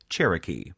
Cherokee